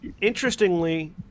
interestingly